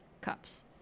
cups